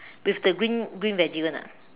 with the green green veggie one ah